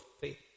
faith